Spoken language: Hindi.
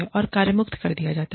और कार्यमुक्त कर दिया जाता है